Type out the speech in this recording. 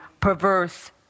perverse